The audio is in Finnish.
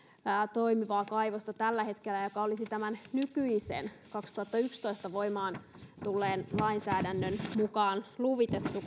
toimivaa kaivosta joka olisi tämän nykyisen kaksituhattayksitoista voimaan tulleen lainsäädännön mukaan luvitettu